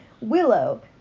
Willow